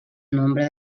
nombre